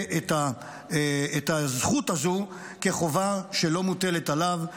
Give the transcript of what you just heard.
את הזכות הזו כחובה שלא מוטלת עליו.